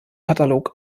katalog